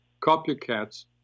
copycats